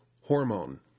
hormone